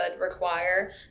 require